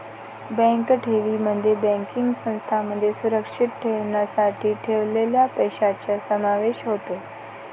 bank ठेवींमध्ये banking संस्थांमध्ये सुरक्षित ठेवण्यासाठी ठेवलेल्या पैशांचा समावेश होतो